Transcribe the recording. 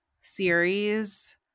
series